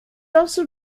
also